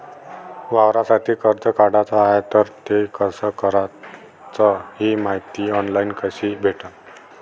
वावरासाठी कर्ज काढाचं हाय तर ते कस कराच ही मायती ऑनलाईन कसी भेटन?